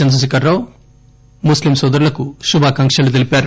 చంద్రశేఖరరావు ముస్లిం నోదరులకు శుభాకాంక్షలు తెలిపారు